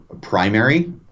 primary